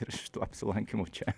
ir šituo apsilankymu čia